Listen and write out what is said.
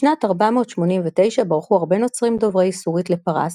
בשנת 489 ברחו הרבה נוצרים דוברי-סורית לפרס